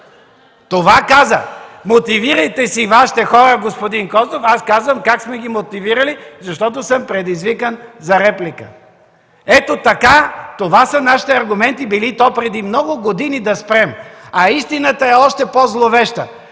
Това каза: „Мотивирайте си Вашите хора, господин Костов.” Аз казвам как сме ги мотивирали, защото съм предизвикан за реплика. Ето, това са нашите аргументи, били те преди много години, да спрем, а истината е още по-зловеща